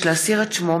דב חנין ומיכל בירן,